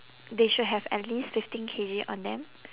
they should have at least fifteen K_G on them